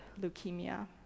leukemia